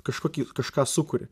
kažkokį kažką sukuri